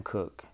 Cook